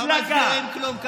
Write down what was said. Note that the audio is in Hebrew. לא מסבירים כלום.